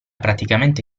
praticamente